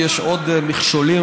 כי יש עוד מכשולים,